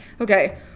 okay